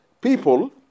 people